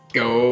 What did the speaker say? go